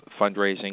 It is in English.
fundraising